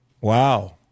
Wow